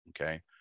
okay